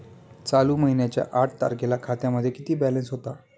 चालू महिन्याच्या आठ तारखेला खात्यामध्ये किती बॅलन्स होता?